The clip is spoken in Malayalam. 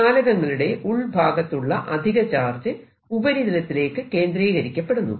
ചാലകങ്ങളുടെ ഉൾഭാഗത്തുള്ള അധികചാർജ് ഉപരിതലത്തിലേക്ക് കേന്ദ്രീകരിക്കപ്പെടുന്നു